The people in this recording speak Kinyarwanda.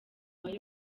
wari